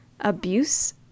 abuse